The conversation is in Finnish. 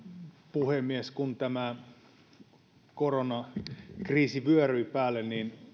puhemies kun tämä koronakriisi vyöryi päälle